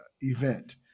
event